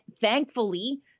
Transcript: Thankfully